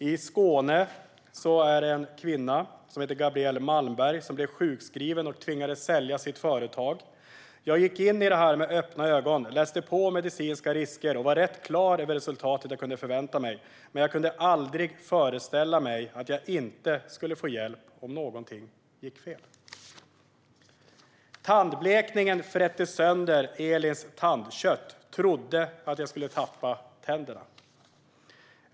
I Skåne blev en kvinna som heter Gabrielle Malmberg sjukskriven och tvingades sälja sitt företag. "Jag gick in i det med öppna ögon, läste på om medicinska risker och var rätt klar över vilket resultat jag kunde förvänta mig. Men jag kunde aldrig föreställa mig att jag inte skulle få hjälp om något gick fel." "Tandblekningen frätte sönder Elins tandkött: Trodde att jag skulle tappa tänderna".